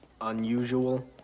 unusual